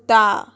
कुत्ता